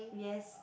yes